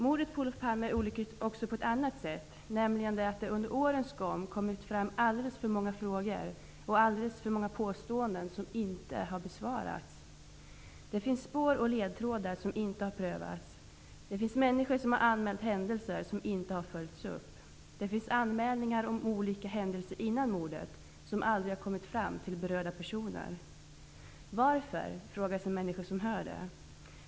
Mordet på Olof Palme är olyckligt också på ett annat sätt, nämligen att det under årens gång kommit fram alldeles för många frågor och alldeles för många påståenden som inte har besvarats. Det finns spår och ledtrådar som inte har prövats. Det finns människor som har anmält händelser som inte har följts upp. Det finns anmälningar om olika händelser före mordet som aldrig har kommit fram till berörda personer. Varför, frågar sig människor som hör det.